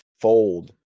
fold